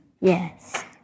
Yes